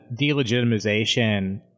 delegitimization